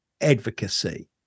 advocacy